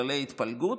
כללי התפלגות,